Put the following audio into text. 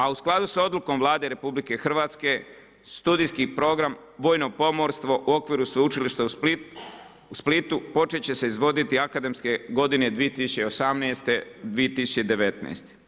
A u skladu sa odlukom Vlade RH, studijski program, vojno pomorstvo u okviru Sveučilišta u Splitu, početi će se izvoditi akademske godine 2018.-2019.